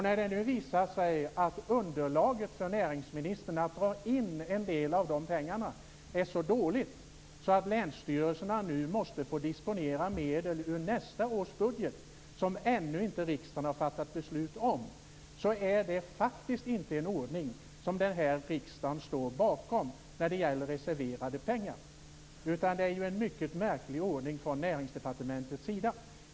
När det nu visar sig att näringsministerns underlag för att dra in en del av de pengarna är så dåligt att länsstyrelserna måste få disponera medel ur nästa års budget, som riksdagen ännu inte har fattat beslut om, kan jag bara säga att det inte är en ordning när det gäller reserverade pengar som denna riksdag står bakom. Det är i stället en mycket märklig ordning från Näringsdepartementets sida.